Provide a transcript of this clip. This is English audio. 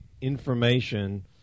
information